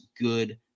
good